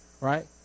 right